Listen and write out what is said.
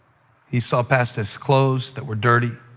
he saw past his clothes that were dirty.